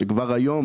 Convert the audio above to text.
שכבר היום